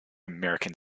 american